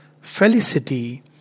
felicity